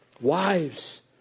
Wives